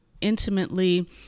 intimately